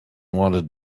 wanted